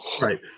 Right